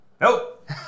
Nope